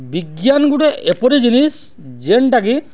ବିଜ୍ଞାନ ଗୁଟେ ଏପରି ଜିନିଷ୍ ଯେନ୍ଟାକି